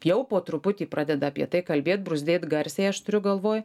jau po truputį pradeda apie tai kalbėt bruzdėt garsiai aš turiu galvoj